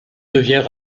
devient